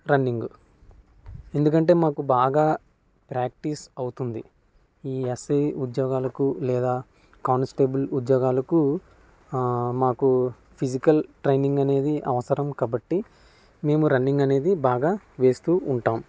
running ఎందుకంటే మాకు బాగా ప్రాక్టీస్ అవుతుంది ఈ ఎస్ఐ ఉద్యోగాలకు లేదా కానిస్టేబుల్ ఉద్యోగాలకు మాకు ఫిసికల్ ట్రైనింగ్ అనేది అవసరం కాబట్టి మేము రన్నింగ్ అనేది బాగా వేస్తు ఉంటాము